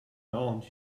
aunt